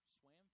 swam